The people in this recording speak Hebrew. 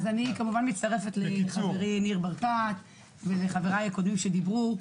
אז אני כמובן מצטרפת לחברי ניר ברקת ולחבריי הקודמים שדיברו.